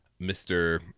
Mr